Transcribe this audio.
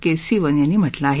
के सिवन यांनी म्हटलं आहे